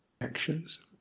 actions